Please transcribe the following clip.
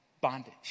bondage